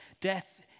Death